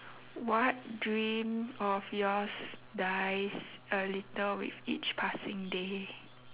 what dream of yours dies a little with each passing day